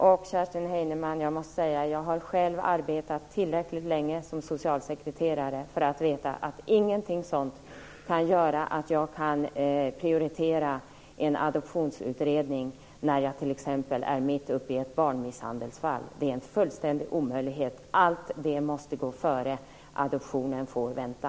Till Kerstin Heinemann måste jag säga att jag själv har arbetat tillräckligt länge som socialsekreterare för att veta att ingenting sådant kan göra att jag prioriterar en adoptionsutredning, när jag t.ex. är mitt uppe i ett barnmisshandelsfall. Det är en fullständig omöjlighet. Allt det måste gå före. Adoptionen får vänta.